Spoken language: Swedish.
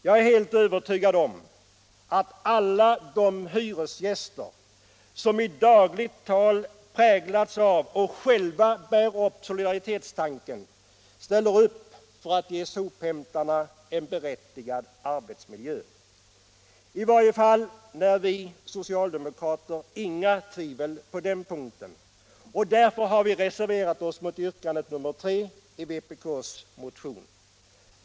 Jag är helt övertygad om att alla de hyresgäster som har präglats av och själva bär upp solidaritetstanken ställer upp för att ge sophämtarna en berättigat förbättrad arbetsmiljö. I varje fall när vi socialdemokrater inga tvivel på den punkten, och därför har vi reserverat oss mot yrkandet nr 3 i vpk:s motion.